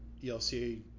ELCA